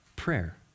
prayer